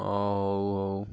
ଆଉ